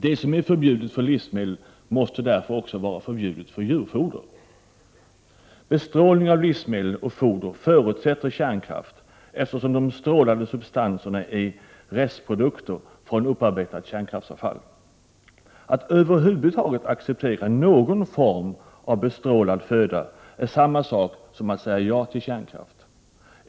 De förbud som gäller för livsmedel måste därför även gälla djurfoder. Bestrålning av livsmedel och foder förutsätter kärnkraft, eftersom de bestrålande substanserna är restprodukter från upparbetat kärnavfall. Att över huvud taget acceptera någon form av bestrålad mat är detsamma som att säga ja till kärnkraft.